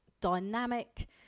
Dynamic